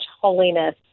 holiness